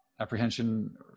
apprehension